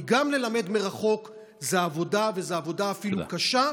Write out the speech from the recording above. כי גם ללמד מרחוק זו עבודה, וזו עבודה אפילו קשה.